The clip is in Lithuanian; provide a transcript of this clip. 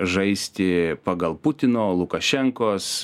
žaisti pagal putino lukašenkos